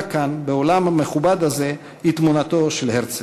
כאן באולם המכובד הזה היא תמונתו של הרצל,